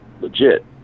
legit